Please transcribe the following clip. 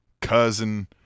cousin